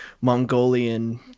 Mongolian